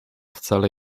wcale